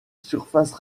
surfaces